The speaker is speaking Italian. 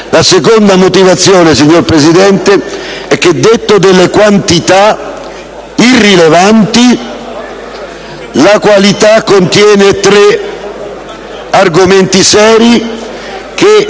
La seconda motivazione, signor Presidente, è che, detto delle quantità irrilevanti, la qualità contiene tre argomenti seri che